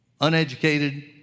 uneducated